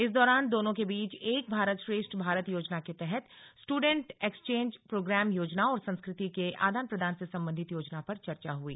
इस दौरान दोनों के बीच एक भारत श्रेष्ठ भारत योजना के तहत स्टूडेंट एक्वेंस प्रोग्राम योजना और संस्कृति के आदान प्रदान से संबंधित योजना पर चर्चा हुई